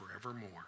forevermore